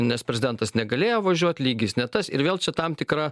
nes prezidentas negalėjo važiuot lygis ne tas ir vėl čia tam tikra